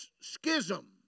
schism